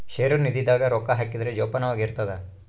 ಷೇರು ನಿಧಿ ದಾಗ ರೊಕ್ಕ ಹಾಕಿದ್ರ ಜೋಪಾನವಾಗಿ ಇರ್ತದ